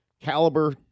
caliber